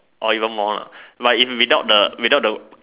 or even more lah but if without the without the